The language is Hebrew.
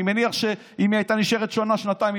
אני מניח שאם היא הייתה נשארת שנה-שנתיים,